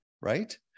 right